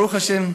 ברוך השם,